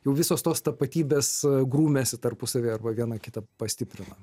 jų visos tos tapatybės grūmėsi tarpusavyje arba viena kitą pastiprina